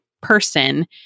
person